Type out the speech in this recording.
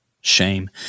Shame